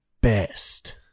best